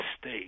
state –